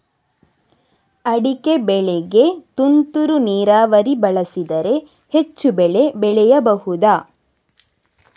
ಅಡಿಕೆ ಬೆಳೆಗೆ ತುಂತುರು ನೀರಾವರಿ ಬಳಸಿದರೆ ಹೆಚ್ಚು ಬೆಳೆ ಬೆಳೆಯಬಹುದಾ?